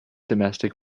domestic